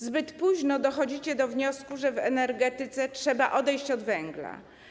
Zbyt późno dochodzicie do wniosku, że w energetyce trzeba odejść od węgla.